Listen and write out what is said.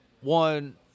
one